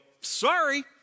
sorry